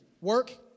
Work